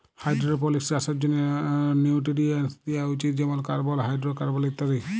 hydroponics চাষের জ্যনহে nutrients দিয়া উচিত যেমল কার্বল, হাইডোরোকার্বল ইত্যাদি